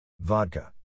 vodka